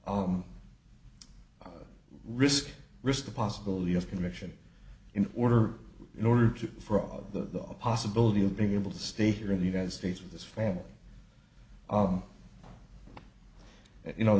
risk risk the possibility of conviction in order in order to for all the possibility of being able to stay here in the united states with his family if you know